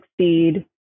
succeed